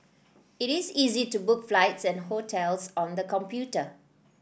it is easy to book flights and hotels on the computer